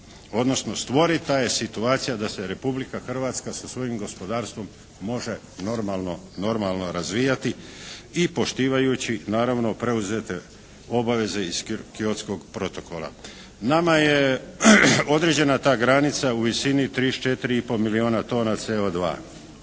odnosno stvorita je situacija da se Republika Hrvatska sa svojim gospodarstvom može normalno razvijati i poštivajući naravno preuzete obaveze iz Kyotskog protokola. Nama je određena ta granica u visini od 34 i pol milijuna tona CO2.